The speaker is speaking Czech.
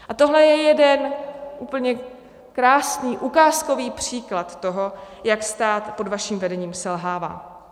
A tohle je jeden úplně krásný, ukázkový příklad toho, jak stát pod vaším vedením selhává.